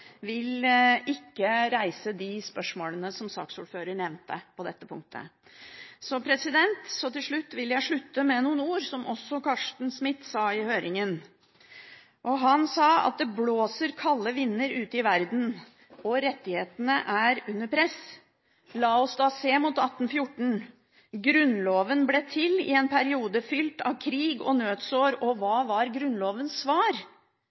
vil ikke reise de spørsmålene som saksordføreren nevnte på dette punktet. Jeg vil avslutte med noen ord som Carsten Smith sa i en høring: Det blåser kalde vinder ute i verden. Rettighetene er under press. La oss da se mot 1814. Grunnloven ble til i en periode fylt av krig og nødsår, og hva var Grunnlovens svar?